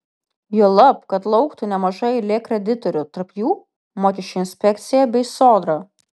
juolab kad lauktų nemaža eilė kreditorių tarp jų mokesčių inspekcija bei sodra